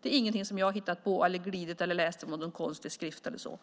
Det är inget som jag har hittat på, där jag har glidit eller läst i någon konstig skrift eller så.